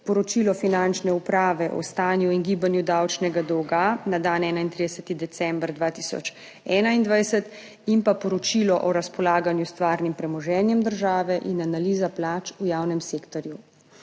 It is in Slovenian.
poročilo Finančne uprave o stanju in gibanju davčnega dolga na dan 31. december 2021 in poročilo o razpolaganju s stvarnim premoženjem države in analiza plač v javnem sektorju.